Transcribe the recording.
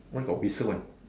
why got whistle one